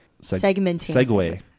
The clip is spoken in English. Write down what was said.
Segmenting